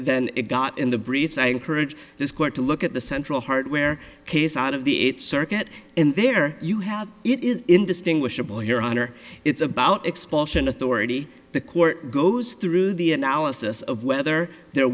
then it got in the briefs i encourage this court to look at the central hardware case out of the eight circuit and there you have it is indistinguishable your honor it's about expulsion authority the court goes through the analysis of whether there